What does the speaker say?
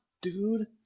dude